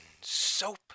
Soap